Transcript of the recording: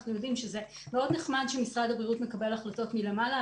אנחנו יודעים שזה מאוד נחמד שמשרד הבריאות מקבל החלטות מלמעלה,